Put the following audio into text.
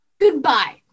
Goodbye